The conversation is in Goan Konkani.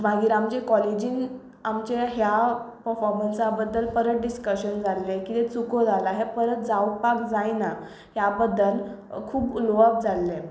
मागीर आमच्या कॉलेजींत आमच्या ह्या पफोमन्सा बद्दल परत डिस्कशन जाल्ले कितें चुको जालां हे परत जावपाक जायना ह्या बद्दल खूब उलोवप जाल्ले